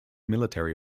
military